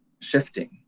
shifting